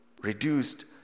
reduced